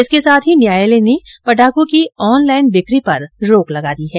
इसके साथ ही न्यायालय ने पटाखों की ऑनलाईन बिकी पर रोक लगा दी है